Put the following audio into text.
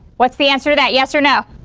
what's the answer to that, yes or no?